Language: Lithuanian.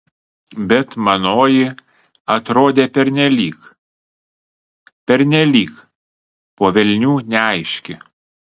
bet manoji atrodė pernelyg pernelyg po velnių neaiški